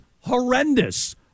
horrendous